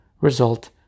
Result